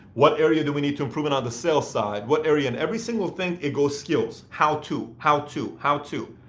what area do we need to improve in on the sales side? what area, and in every single thing it goes skills. how to, how to, how to.